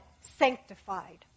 sanctified